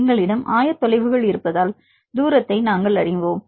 எங்களிடம் ஆயத்தொலைவுகள் இருப்பதால் தூரத்தை நாங்கள் அறிவோம்